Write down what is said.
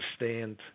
understand